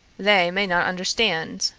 they may not understand.